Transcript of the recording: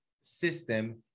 system